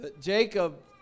Jacob